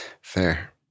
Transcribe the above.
Fair